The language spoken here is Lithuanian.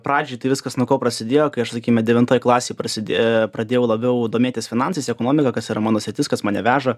pradžiai tai viskas nuo ko prasidėjo kai aš sakykime devintoj klasėj prasidė pradėjau labiau domėtis finansais ekonomika kas yra mano sritis kas mane veža